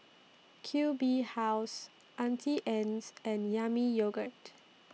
Q B House Auntie Anne's and Yami Yogurt